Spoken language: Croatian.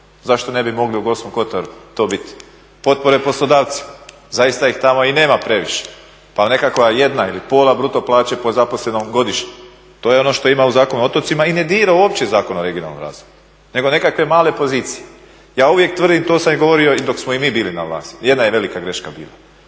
Zašto ne bi mogli u Gorskom kotaru dobiti potpore poslodavci, zaista ih tamo i nema previše? Pa nekakva jedna ili pola bruto plaća po zaposlenom godišnje. To je ono što ima u Zakonu o otocima i ne dira uopće Zakon o regionalnom razvoju nego nekakve male pozicije. Ja uvijek tvrdim, to sam i govorio i dok smo i mi bili na vlasti, jedna je velika greška bila,